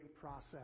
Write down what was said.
process